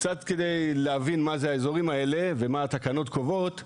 קצת כדי להבין מה הם האזורים האלה ומה התקנות קובעות?